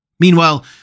Meanwhile